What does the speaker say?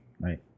right